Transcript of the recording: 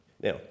Now